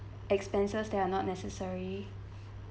expenses that are not necessary